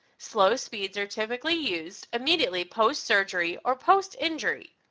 slow speeds are typically used immediately post-surgery or post-injury.